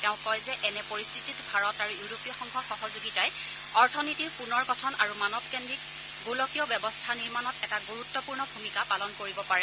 তেওঁ কয় যে এনে পৰিস্থিতিত ভাৰত আৰু ইউৰোপীয় সংঘৰ সহযোগিতাই অৰ্থনীতিৰ পূনৰ গঠন আৰু মানৱ কেড্ৰিক গোলকীয় ব্যৱস্থা নিৰ্মাণত এটা গুৰুত্পূৰ্ণ ভূমিকা পালন কৰিব পাৰে